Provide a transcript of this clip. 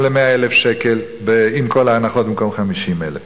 ל-100,000 שקלים עם כל ההנחות במקום 50,000 שקלים.